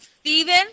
Stephen